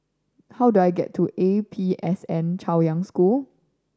how do I get to A P S N Chaoyang School